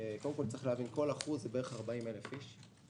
קודם כול צריך להבין: כל 1% זה בערך 40,000 אנשים.